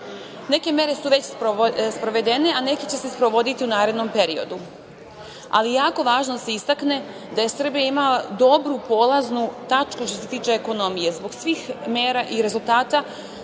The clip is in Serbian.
Neke mere su već sprovedene, a neke će se sprovoditi u narednom periodu. Jako je važno da se istakne da je Srbija imala dobru polaznu tačku što se tiče ekonomije. Zbog svih mera i rezultata